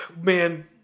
man